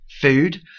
food